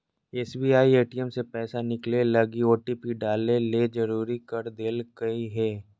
SBI ATM से पैसा निकलैय लगी ओटिपी डाले ले जरुरी कर देल कय हें